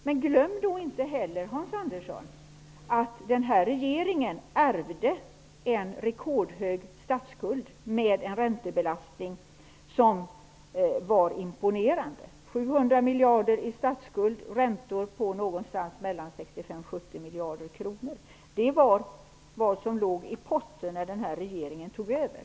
Men glöm då inte, Hans Andersson, att den här regeringen ärvde en rekordstor statsskuld med en imponerande räntebelastning -- 700 miljarder i statsskuld och 65--70 miljarder i räntor. Det är vad som låg i potten när den här regeringen tog över.